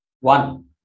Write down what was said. One